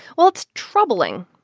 well, it's troubling,